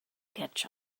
catch